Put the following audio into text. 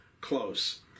close